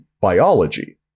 biology